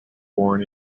born